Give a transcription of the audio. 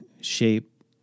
shape